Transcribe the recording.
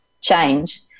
change